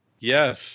Yes